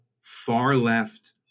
far-left